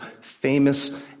famous